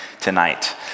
tonight